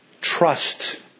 Trust